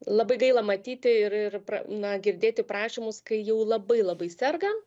labai gaila matyti ir ir pra na girdėti prašymus kai jau labai labai serga